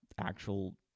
actual